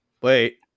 Wait